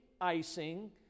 icing